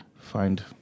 find